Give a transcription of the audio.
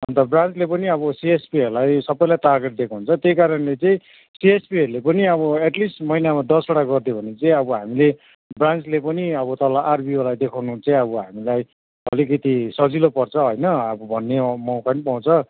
अन्त ब्रान्चले पनि अब सिएचपीहरूलाई सबैलाई टारगेट दिएको हुन्छ त्यही कारणले चाहिँ सिएचपीहरूले पनि अब एटलिस्ट महिनामा दसवटा गरिदियो भने चाहिँ अब हामीले ब्रान्चले पनि अब आरबिओलाई देखाउनु चाहिँ अब हामीलाई अलिकति सजिलो पर्छ होइन अब भन्ने मौका नि पाउँछ